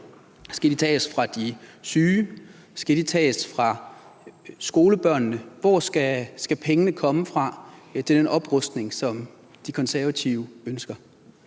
skal de tages fra de syge, skal de tages fra skolebørnene? Hvor skal pengene komme fra til den oprustning, som De Konservative ønsker?